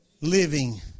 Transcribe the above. Living